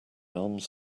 alms